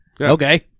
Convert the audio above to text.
okay